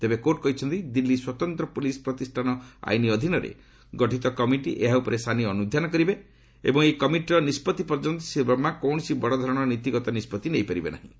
ତେବେ କୋର୍ଟ କହିଛନ୍ତି ଦିଲ୍ଲୀ ସ୍ୱତନ୍ତ ପୁଲିସ ପ୍ରତିଷାନ ଆଇନ୍ ଅଧୀନରେ ଗଠିତ କମିଟି ଏହାଉପରେ ସାନି ଅନୁଧ୍ୟାନ କରିବେ ଏବଂ ଏହି କମିଟିର ନିଷ୍କଭି ପର୍ଯ୍ୟନ୍ତ ଶ୍ରୀ ବର୍ମା କୌଣସି ବଡ଼ଧରଣର ନୀତି ଗତ ନିଷ୍କଭି ନେଇପାରିବେ ନାହିଁ